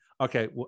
Okay